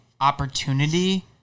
opportunity